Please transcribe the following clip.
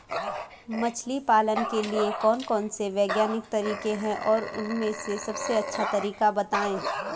मछली पालन के लिए कौन कौन से वैज्ञानिक तरीके हैं और उन में से सबसे अच्छा तरीका बतायें?